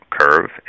curve